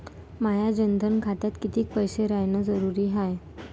माया जनधन खात्यात कितीक पैसे रायन जरुरी हाय?